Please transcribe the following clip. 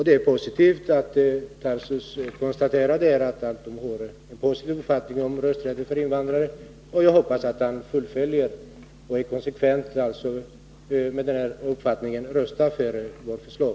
Det är bra att Daniel Tarschys konstaterar att folkpartiet har en positiv uppfattning om rösträtt för invandrare, och jag hoppas att han fullföljer detta och i konsekvens med sin uppfattning röstar för vårt förslag.